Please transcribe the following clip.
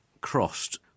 crossed